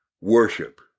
Worship